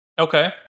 Okay